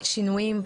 שינויים,